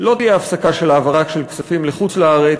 לא תהיה הפסקה של העברה של כספים לחוץ-לארץ,